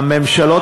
בממשלות